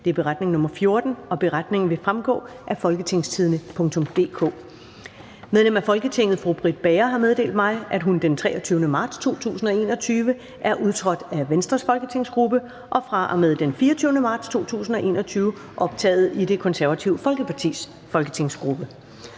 (Beretning nr. 14). Beretningen vil fremgå af www.folketingstidende.dk. Medlem af Folketinget Britt Bager har meddelt mig, at hun den 23. marts 2021 er udtrådt af Venstres folketingsgruppe og fra og med den 24. marts 2021 optaget i Det Konservative Folkepartis folketingsgruppe.